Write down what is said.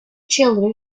children